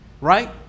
right